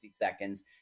Seconds